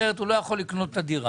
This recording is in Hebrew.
אחרת הוא לא יכול לקנות דירה,